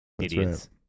idiots